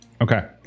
okay